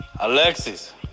Alexis